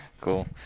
Cool